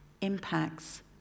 impacts